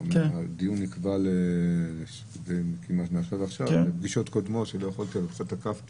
הדיון נקבע כמעט מעכשיו לעכשיו ובחלק מהדיונים קודמים לא יכולתי להשתתף.